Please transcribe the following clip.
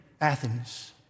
Athens